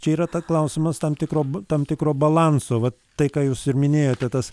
čia yra ta klausimas tam tikrom tam tikro balanso vat tai ką jūs ir minėjote tas